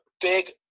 big